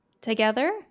together